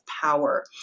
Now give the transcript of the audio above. power